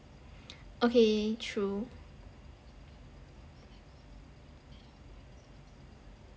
okay true